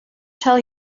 tell